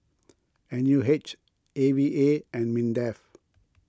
N U H A V A and Mindef